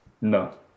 no